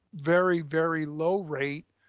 very, very low rate,